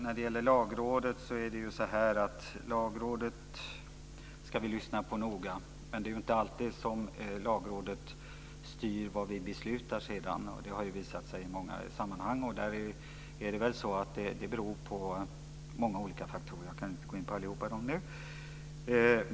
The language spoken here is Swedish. Herr talman! Lagrådet ska vi lyssna noga på, men det är inte alltid som Lagrådet styr vad vi sedan beslutar. Så har det visat sig vara i många sammanhang. Det beror på många olika faktorer. Jag kan inte gå in på alla nu.